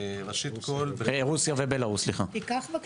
כלומר רוסיה ובלרוס.